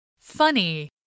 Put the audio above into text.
funny